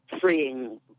freeing